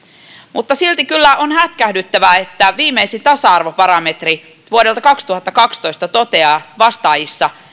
mutta silti kyllä on hätkähdyttävää että viimeisin tasa arvobarometri vuodelta kaksituhattakaksitoista toteaa että vastaajista